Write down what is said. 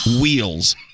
wheels